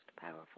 powerful